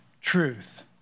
truth